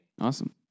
Awesome